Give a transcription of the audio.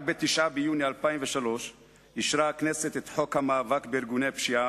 רק ב-9 ביוני 2003 אישרה הכנסת את חוק המאבק בארגוני פשיעה.